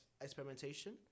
experimentation